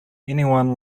anyone